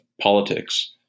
politics